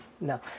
no